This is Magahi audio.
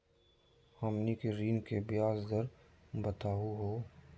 हमनी के ऋण के ब्याज दर बताहु हो?